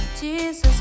Jesus